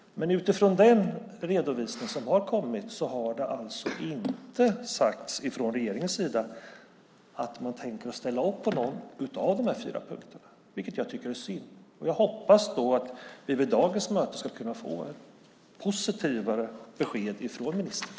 Men utifrån den redovisning som har kommit har det alltså inte sagts från regeringens sida att man tänker ställer upp på någon av dessa fyra punkter, vilket jag tycker är synd. Jag hoppas att vi vid dagens debatt ska kunna få ett positivare besked från ministern.